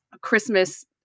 christmas